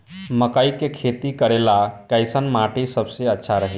मकई के खेती करेला कैसन माटी सबसे अच्छा रही?